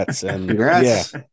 Congrats